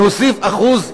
אחוז,